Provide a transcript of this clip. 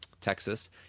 Texas